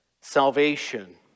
Salvation